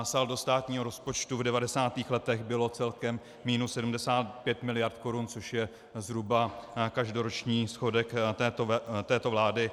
Saldo státního rozpočtu v 90. letech bylo celkem minus 75 miliard korun, což je zhruba každoroční schodek této vlády.